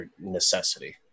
necessity